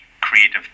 creative